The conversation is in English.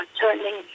turning